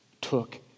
took